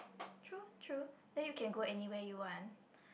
true true then you can go anywhere you want